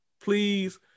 Please